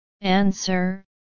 Answer